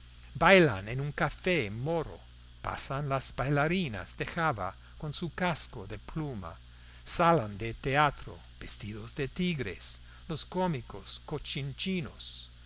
bailan en un café moro pasan las bailarinas de java con su casco de plumas salen de su teatro vestidos de tigres los cómicos